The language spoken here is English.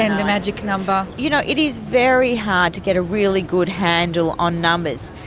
and the magic number. you know, it is very hard to get a really good handle on numbers,